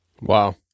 Wow